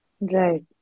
Right